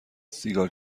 سیگار